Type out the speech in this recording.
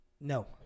No